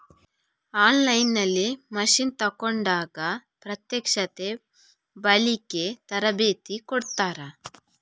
On line ನಲ್ಲಿ machine ತೆಕೋಂಡಾಗ ಪ್ರತ್ಯಕ್ಷತೆ, ಬಳಿಕೆ, ತರಬೇತಿ ಕೊಡ್ತಾರ?